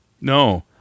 No